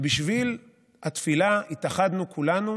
ובשביל התפילה התאחדנו כולנו